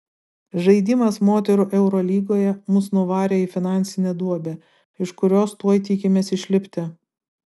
žaidimas moterų eurolygoje mus nuvarė į finansinę duobę iš kurios tuoj tikimės išlipti